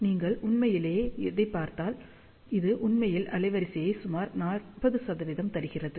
நீங்கள் உண்மையிலேயே அதைப் பார்த்தால் இது உண்மையில் அலைவரிசையை சுமார் 40 தருகிறது